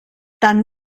tan